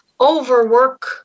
overwork